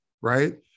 right